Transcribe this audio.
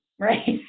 right